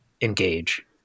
engage